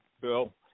Bill